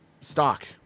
stock